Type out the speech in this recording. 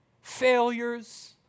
failures